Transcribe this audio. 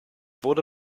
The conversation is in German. wurde